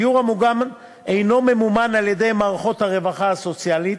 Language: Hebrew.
הדיור המוגן אינו ממומן על-ידי מערכות הרווחה הסוציאלית.